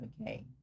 okay